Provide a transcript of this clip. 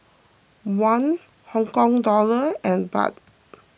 Won Hong Kong dollar and Baht